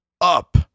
up